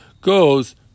goes